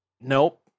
Nope